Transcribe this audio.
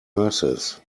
nurses